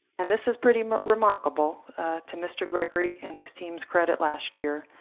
and this is pretty remarkable to mr. gregory and his team's credit last year.